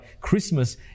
Christmas